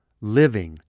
living